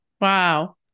Wow